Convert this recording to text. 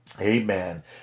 Amen